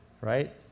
right